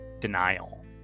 denial